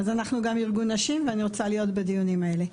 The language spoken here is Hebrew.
אז אנחנו גם ארגון נשים ואני רוצה להיות בדיונים האלה.